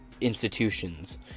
institutions